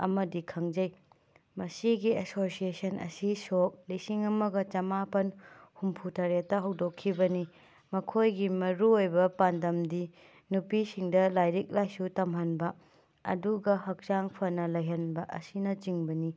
ꯑꯃꯗꯤ ꯈꯪꯖꯩ ꯃꯁꯤꯒꯤ ꯑꯦꯁꯣꯁ꯭ꯌꯦꯁꯟ ꯑꯁꯤ ꯁꯣꯛ ꯂꯤꯁꯤꯡ ꯑꯃꯒ ꯆꯃꯥꯄꯟ ꯍꯨꯝꯐꯨꯇꯔꯦꯠꯇ ꯍꯧꯗꯣꯛꯈꯤꯕꯅꯤ ꯃꯈꯣꯏꯒꯤ ꯃꯔꯨꯑꯣꯏꯕ ꯄꯥꯟꯗꯝꯗꯤ ꯅꯨꯄꯤꯁꯤꯡꯗ ꯂꯥꯏꯔꯤꯛ ꯂꯥꯏꯁꯨ ꯇꯝꯍꯟꯕ ꯑꯗꯨꯒ ꯍꯛꯆꯥꯡ ꯐꯅ ꯂꯩꯍꯟꯕ ꯑꯁꯤꯅꯆꯤꯡꯕꯅꯤ